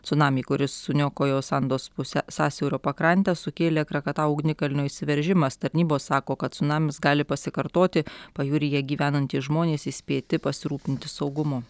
cunamį kuris suniokojo sandos pusę sąsiaurio pakrantę sukėlė krakatau ugnikalnio išsiveržimas tarnybos sako kad cunamis gali pasikartoti pajūryje gyvenantys žmonės įspėti pasirūpinti saugumu